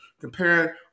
comparing